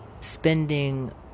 spending